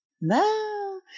No